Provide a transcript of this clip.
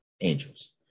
Angels